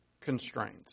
constraints